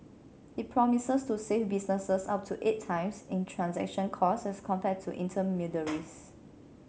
it promises to save businesses up to eight times in transaction costs as compared to intermediaries